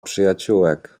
przyjaciółek